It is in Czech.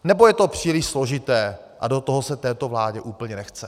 Nebo je to příliš složité a do toho se této vládě úplně nechce?